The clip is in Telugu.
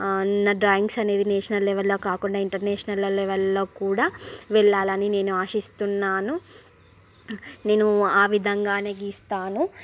నా డ్రాయింగ్స్ అనేవి నేషనల్ లెవెల్ల్లో కాకుండా ఇంటర్నేషనల్ లెవెల్ల్లో కూడా వెళ్ళాలి అని నేను ఆశిస్తున్నాను నేను ఆ విధంగానే గీస్తాను